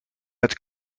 met